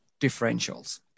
differentials